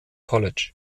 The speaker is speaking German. college